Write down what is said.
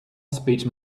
speech